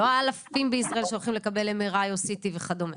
זה לא אלפים בישראל שהולכים לקבל MRI, CT וכדו'.